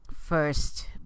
first